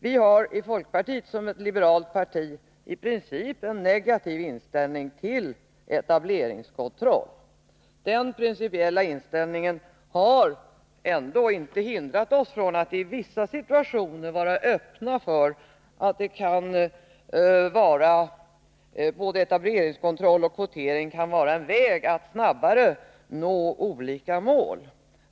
Vii folkpartiet, som ett liberalt parti, har i princip en negativ inställning till etableringskontroll. Den principiella inställningen har ändå inte hindrat oss från att i vissa situationer vara öppna för att både etableringskontroll och kvotering kan vara vägar att snabbare nå olika mål.